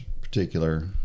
particular